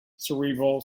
cerebral